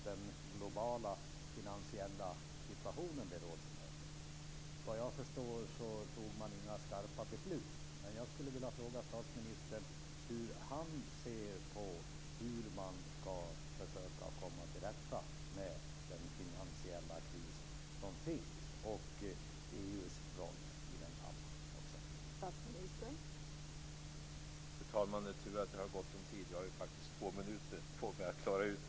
Den första förutsättningen för att på något sätt återställa en balans mellan kapital och politik är ju att man ser likartat på problemet. Den förutsättningen börjar nu att vara på plats.